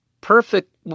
perfect